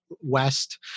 west